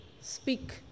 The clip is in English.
speak